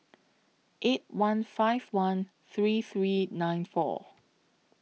eight one five one three three nine four